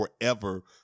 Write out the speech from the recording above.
forever